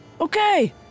okay